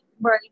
Right